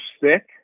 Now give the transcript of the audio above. thick